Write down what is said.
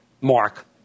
Mark